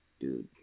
dude